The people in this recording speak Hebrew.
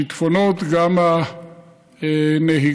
השיטפונות, גם בנהיגה,